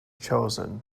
chosen